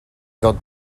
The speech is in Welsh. ddod